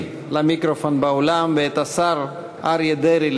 למיקרופון באולם ואת שר הכלכלה אריה דרעי,